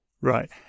Right